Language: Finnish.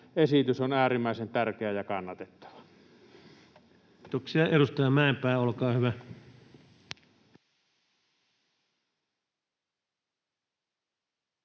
esitys on äärimmäisen tärkeä ja kannatettava. Kiitoksia. — Edustaja Mäenpää, olkaa hyvä.